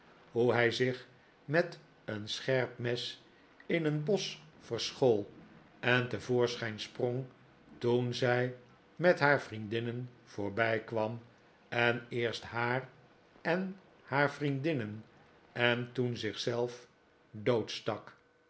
hoe hij zich met een scherp mes in een bosch verschool en te voorschijn sprong toen zij met haar vriendinnen voorbijkwam en eerst haar en haar vriendinnen en toen